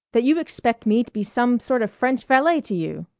that you expect me to be some sort of french valet to you.